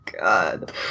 god